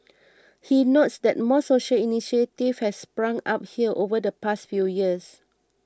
he notes that more social initiatives has sprung up here over the past few years